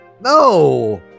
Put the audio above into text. No